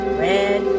red